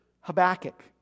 Habakkuk